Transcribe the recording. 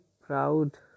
proud